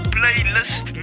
playlist